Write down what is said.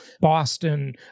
Boston